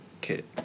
kit